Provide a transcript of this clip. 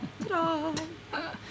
Ta-da